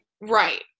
right